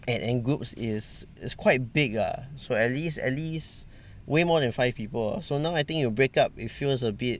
and and groups is is quite big lah so at least at least way more than five people so now I think you break up it feels a bit